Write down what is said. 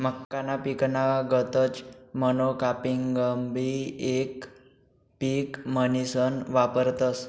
मक्काना पिकना गतच मोनोकापिंगबी येक पिक म्हनीसन वापरतस